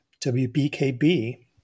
WBKB